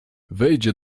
wejdzie